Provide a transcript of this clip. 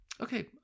Okay